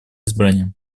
избранием